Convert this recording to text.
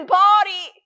body